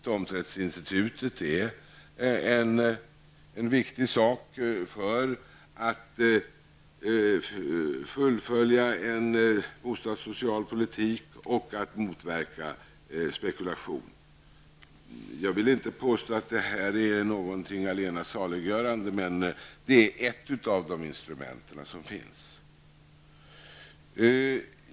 Tomträttsinstitutet är viktigt för möjligheten att fullfölja en bostadssocial politik och att motverka spekulation. Jag vill inte påstå att det är något allena saliggörande, men det är ett av de instrument som finns.